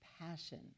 passion